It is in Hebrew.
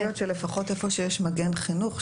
יכול להיות שפחות איפה שיש מגן חינוך,